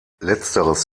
letzteres